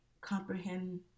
comprehend